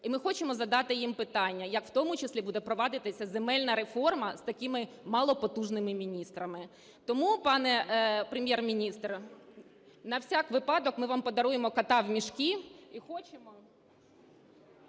І ми хочемо задати їм питання: як в тому числі буде провадитися земельна реформа з такими малопотужними міністрами. Тому, пане Прем'єр-міністр, на всяк випадок ми вам подаруємо "кота в мішку" і хочемо,